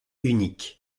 unique